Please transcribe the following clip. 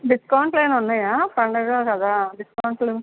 డిస్కౌంట్లు ఏమన్నా ఉన్నాయా పందుగ కదా డిస్కౌంట్లు